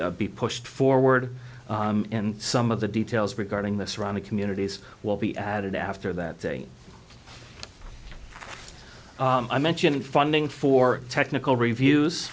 likely be pushed forward in some of the details regarding the surrounding communities will be added after that day i mentioned funding for technical reviews